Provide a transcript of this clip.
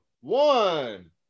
one